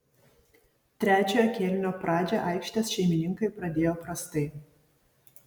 trečiojo kėlinio pradžią aikštės šeimininkai pradėjo prastai